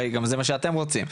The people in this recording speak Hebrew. הרי זה גם מה שאתם רוצים.